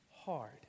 hard